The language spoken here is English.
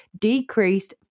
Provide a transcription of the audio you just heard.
decreased